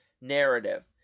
narrative